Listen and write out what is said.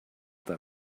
that